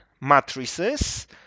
matrices